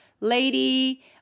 lady